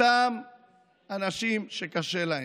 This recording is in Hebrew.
אותם אנשים שקשה להם,